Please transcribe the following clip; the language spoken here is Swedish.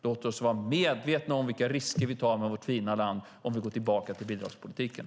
Låt oss vara medvetna om vilka risker vi tar med vårt fina land om vi går tillbaka till bidragspolitiken.